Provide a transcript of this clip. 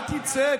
אל תצא.